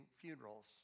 funerals